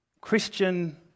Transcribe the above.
Christian